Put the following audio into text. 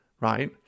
right